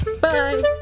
Bye